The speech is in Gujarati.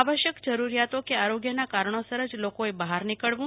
આવશ્યક જરૂરીયાતો કે આરોગ્યના કારણોસર જ લોકોએ બહાર નીકળવુ